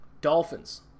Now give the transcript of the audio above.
Dolphins